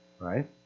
right